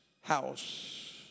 house